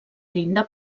llinda